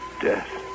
death